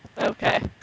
okay